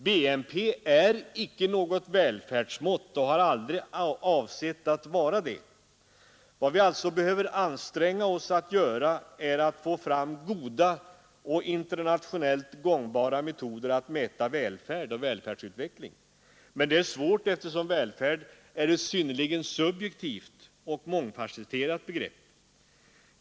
BNP är icke något välfärdsmått och har aldrig avsetts vara det. Vad vi alltså behöver anstränga oss att göra är att få fram goda och internationellt gångbara metoder att mäta välfärd och välfärdsutveckling. Men det är svårt eftersom välfärd är ett synnerligen subjektivt och mångfasetterat begrepp.